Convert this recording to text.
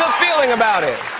ah feeling about it.